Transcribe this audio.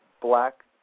black